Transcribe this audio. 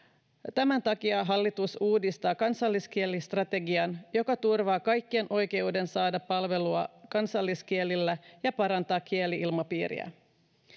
tämän takia hallitus uudistaa kansalliskielistrategian joka turvaa kaikkien oikeuden saada palvelua kansalliskielillä ja parantaa kieli ilmapiiriä